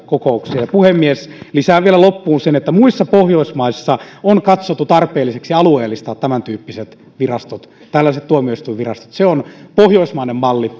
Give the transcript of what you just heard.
kokouksia puhemies lisään vielä loppuun sen että muissa pohjoismaissa on katsottu tarpeelliseksi alueellistaa tämäntyyppiset virastot tällaiset tuomioistuinvirastot alueellistaminen on pohjoismainen malli